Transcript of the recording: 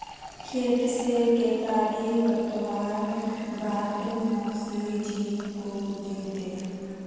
खेत से केतारी काटवार बाद मोसी जी को दे दे